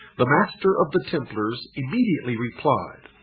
the master of the templars immediately replied